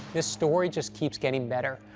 this story just keeps getting better.